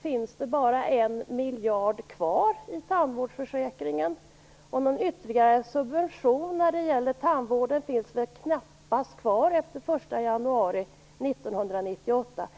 finns det bara 1 miljard kvar i tandvårdsförsäkringen, och någon ytterligare subvention av tandvården finns väl knappast kvar efter den 1 januari 1998.